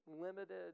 limited